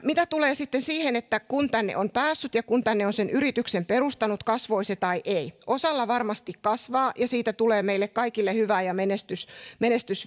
mitä tulee sitten siihen että tänne on päässyt ja tänne on sen yrityksen perustanut kasvoi se tai ei osalla varmasti kasvaa ja siitä tulee meille kaikille hyvää ja menestys menestys